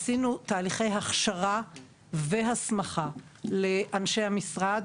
עשינו תהליכי הכשרה והסמכה לאנשי המשרד,